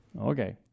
Okay